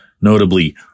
Notably